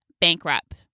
bankrupt